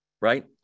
right